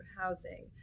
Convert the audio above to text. housing